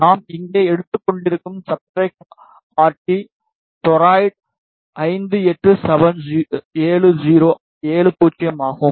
நாம் இங்கு எடுத்துக்கொண்டிருக்கும் சப்ஸ்ட்ரட் ஆர்டி டூராய்டு 5870 ஆகும்